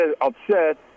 upset